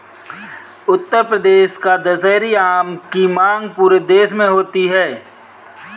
उत्तर प्रदेश का दशहरी आम की मांग पूरे देश में होती है